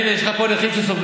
הינה, יש לך פה נכים שסובלים.